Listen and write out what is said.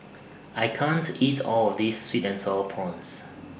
I can't eat All of This Sweet and Sour Prawns